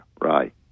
right